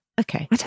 Okay